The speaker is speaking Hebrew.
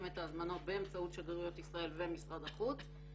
את ההזמנות באמצעות שגרירויות ישראל ומשרד החוץ.